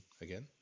again